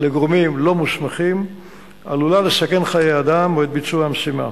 לגורמים לא מוסמכים עלולה לסכן חיי אדם או את ביצוע המשימה.